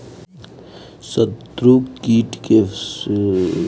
शत्रु कीट से फसल बचावे में मित्र कीट सहयोग करेला अउरी इ फसल के उत्पादन भी बढ़ावेला